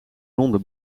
ronde